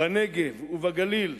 בנגב ובגליל,